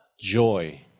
joy